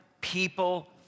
people